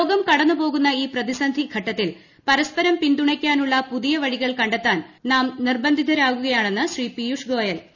ലോകം കടന്നു പോകുന്ന ഈ പ്രതിസന്ധി ഘട്ടത്തിൽ പരസ്പരം പിന്തുണയ്ക്കാനുള്ള പുതിയ വഴികൾ കണ്ടെത്താൻ നാം നിർബന്ധിതരാകുകയാണെന്ന് പിയൂഷ്ഗോയൽ ശ്രീ